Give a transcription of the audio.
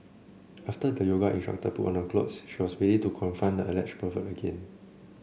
after the yoga instructor put on her clothes she was ready to confront the alleged pervert again